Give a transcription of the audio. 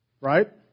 Right